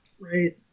Right